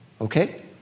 okay